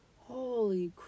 holy